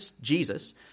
Jesus